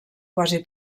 quasi